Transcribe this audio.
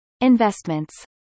Investments